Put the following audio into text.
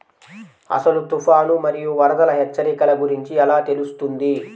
అసలు తుఫాను మరియు వరదల హెచ్చరికల గురించి ఎలా తెలుస్తుంది?